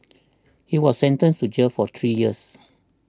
he was sentenced to jail for three years